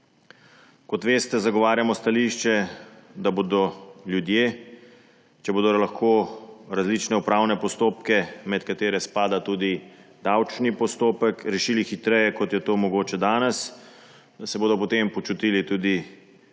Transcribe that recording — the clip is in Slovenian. Kot veste, zagovarjamo stališče, da se bodo ljudje, če bodo lahko različne upravne postopke, med katere spada tudi davčni postopek, rešili hitreje, kot je to mogoče danes, potem počutili tudi